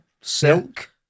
silk